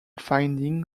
finding